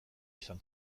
izan